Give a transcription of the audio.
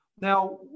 Now